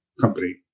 company